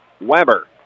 Weber